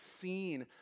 seen